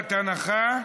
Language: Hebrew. מחובת הנחה.